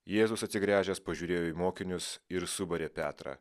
jėzus atsigręžęs pažiūrėjo į mokinius ir subarė petrą